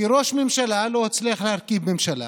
כי ראש הממשלה לא הצליח להרכיב ממשלה,